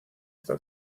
esta